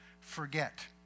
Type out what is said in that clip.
forget